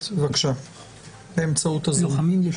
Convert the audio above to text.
מנת לקדם את סוגיית לימוד השפה הערבית בבתי ספר עבריים.